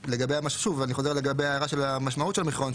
אני חוזר לגבי ההערה של המשמעות של המחירון,